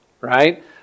right